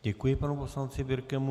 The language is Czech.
Děkuji panu poslanci Birkemu.